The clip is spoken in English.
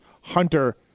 Hunter